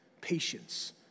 patience